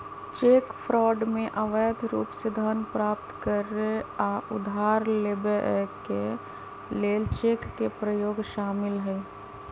cheque fraud में अवैध रूप से धन प्राप्त करे आऽ उधार लेबऐ के लेल चेक के प्रयोग शामिल हइ